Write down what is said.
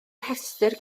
rhestr